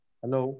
hello